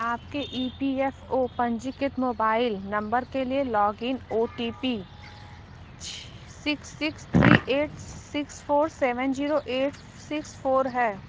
आपके E P F O पंजीकृत mobile number के लिए लॉगिन ओ टी पी छ six six three eight six four seven zero eight six four है